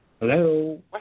Hello